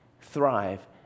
thrive